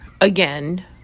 again